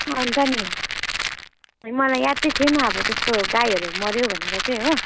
अन्त नि मलाई याद चाहिँ थिएन अब त्यस्तो गाईहरू मऱ्यो भनेर चाहिँ हो